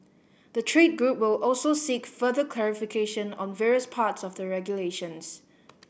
the trade group will also seek further clarification on various parts of the regulations